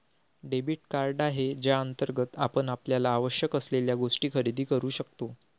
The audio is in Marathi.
डेबिट कार्ड आहे ज्याअंतर्गत आपण आपल्याला आवश्यक असलेल्या गोष्टी खरेदी करू शकतो